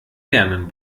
lernen